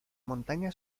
montaña